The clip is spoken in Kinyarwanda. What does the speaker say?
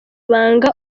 ibanga